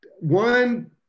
One